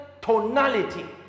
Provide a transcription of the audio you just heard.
tonality